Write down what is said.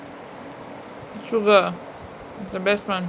sugar the best [one]